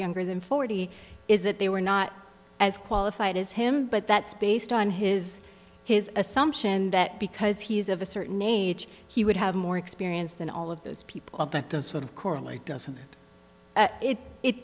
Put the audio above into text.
younger than forty is that they were not as qualified as him but that's based on his his assumption that because he is of a certain age he would have more experience than all of those people sort of correlate doesn't